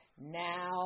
now